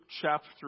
chapter